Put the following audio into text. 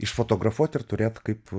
išfotografuot ir turėt kaip